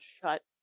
shut